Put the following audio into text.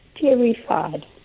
Terrified